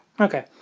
okay